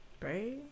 Right